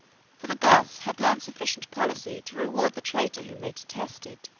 for the goths had learned sufficient policy to reward the traitor whom they detested.